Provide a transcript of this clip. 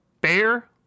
Bear